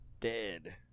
dead